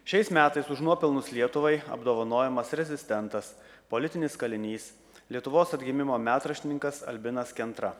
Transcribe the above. šiais metais už nuopelnus lietuvai apdovanojamas rezistentas politinis kalinys lietuvos atgimimo metraštininkas albinas kentra